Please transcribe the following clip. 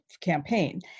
campaign